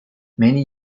many